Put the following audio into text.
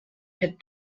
had